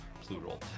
plural